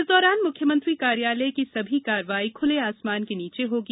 इस दौरान मुख्यमंत्री कार्यालय की सभी कार्रवाई ख्ले आसमान के नीचे होगी